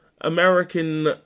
American